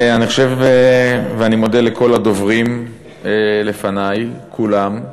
ואני מודה לכל הדוברים לפני, כולם,